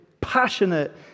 passionate